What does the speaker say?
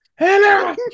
Hello